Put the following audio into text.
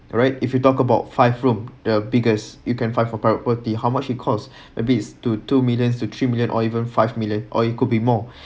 right if you talk about five room the biggest you can find for private property how much it costs a bit to two million to three million or even five million or it could be more